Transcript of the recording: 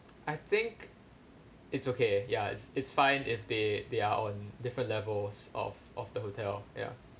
I think it's okay ya it's it's fine if they they are on different levels of of the hotel ya